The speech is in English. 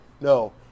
No